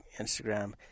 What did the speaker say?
Instagram